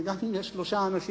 וגם אם יש שלושה אנשים,